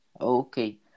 Okay